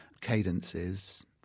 cadences